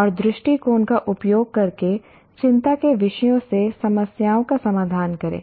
और दृष्टिकोण का उपयोग करके चिंता के विषयों से समस्याओं का समाधान करें